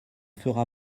fera